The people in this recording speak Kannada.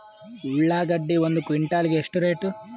ಉಳ್ಳಾಗಡ್ಡಿ ಒಂದು ಕ್ವಿಂಟಾಲ್ ಗೆ ಎಷ್ಟು ರೇಟು?